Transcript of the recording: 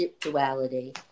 duality